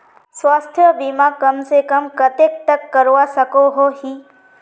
स्वास्थ्य बीमा कम से कम कतेक तक करवा सकोहो ही?